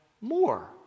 more